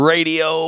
Radio